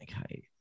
okay